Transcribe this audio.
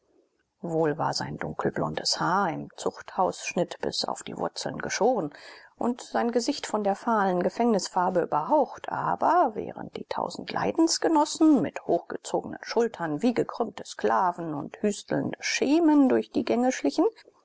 wohl war sein dunkelblondes haar im zuchthausschnitt bis auf die wurzeln geschoren und sein gesicht von der fahlen gefängnisfarbe überhaucht aber während die tausend leidensgenossen mit hochgezogenen schultern wie gekrümmte sklaven und hüstelnde schemen durch die gänge schlichen